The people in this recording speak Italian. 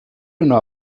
una